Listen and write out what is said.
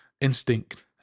Instinct